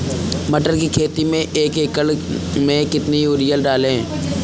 मटर की खेती में एक एकड़ में कितनी यूरिया डालें?